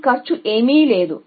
కాబట్టి మీ కాస్ట్ తో ఏమీ లేదు